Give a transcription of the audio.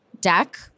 deck